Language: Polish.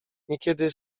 niekiedy